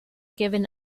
given